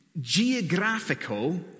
geographical